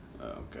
Okay